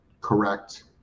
correct